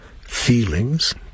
Feelings